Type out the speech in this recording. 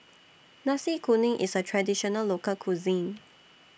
Nasi Kuning IS A Traditional Local Cuisine